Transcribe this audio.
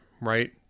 right